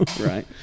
Right